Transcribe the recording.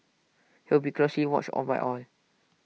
he will be closely watched all by all